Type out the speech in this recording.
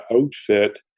outfit